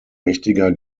mächtiger